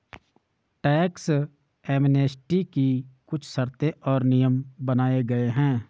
tax amnesty की कुछ शर्तें और नियम बनाये गये हैं